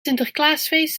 sinterklaasfeest